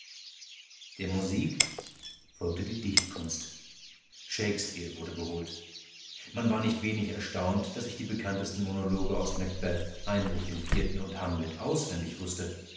der musik folgte die dichtkunst shakespeare wurde geholt man war nicht wenig erstaunt daß ich die bekanntesten monologe aus macbeth heinrich iv und hamlet auswendig wußte